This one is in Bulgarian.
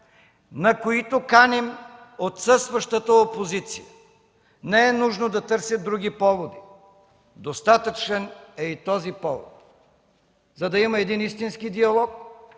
на които каним отсъстващата опозиция. Не е нужно да търсят други поводи, достатъчен е и този повод, за да има истински диалог,